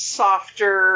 softer